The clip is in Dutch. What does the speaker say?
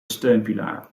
steunpilaar